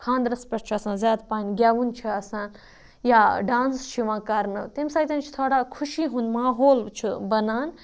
خاندرَس پٮ۪ٹھ چھُ آسان زیادٕ پَہَن گٮ۪وُن چھُ آسان یا ڈانٕس چھِ یِوان کَرنہٕ تمہِ سۭتۍ چھِ تھوڑا خوشی ہُنٛد ماحول چھِ بَنان